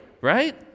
right